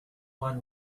one